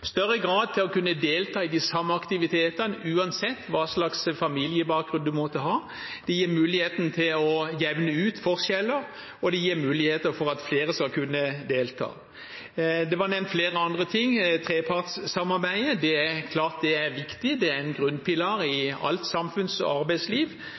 større grad å kunne delta i de samme aktivitetene uansett hva slags familiebakgrunn en måtte ha. Det gir mulighet til å jevne ut forskjeller, og det gir muligheter for at flere skal kunne delta. Det var nevnt flere andre ting. Det er klart at trepartssamarbeidet er viktig. Det er en grunnpilar